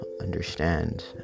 understand